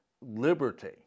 liberty